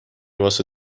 واسه